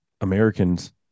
Americans